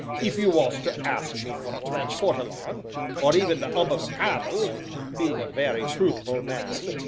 if you was to ask me for a french hortolon or even the ump of a cam-el being a very truthful man,